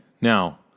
Now